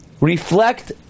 reflect